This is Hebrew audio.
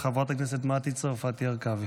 חברת הכנסת מטי צרפתי הרכבי.